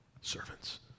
Servants